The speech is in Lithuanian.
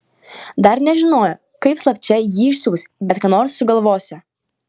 dar nežinojo kaip slapčia jį išsiųs bet ką nors sugalvosią